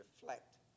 reflect